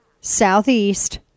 southeast